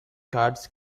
cards